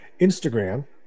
Instagram